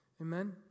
Amen